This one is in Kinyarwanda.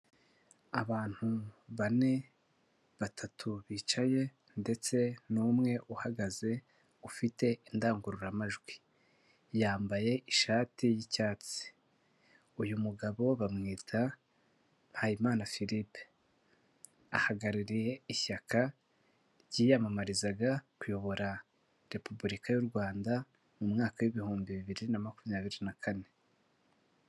Abantu bane, batatu bicaye ndetse n'umwe uhagaze ufite indangururamajwi, yambaye ishati y'icyatsi, uyu mugabo bamwita Mpayimana Philippe, ahagarariye ishyaka ryiyamamarizaga kuyobora Repubulika y'u Rwanda, mu mwaka w'ibihumbi bibiri na makumyabiri na kane.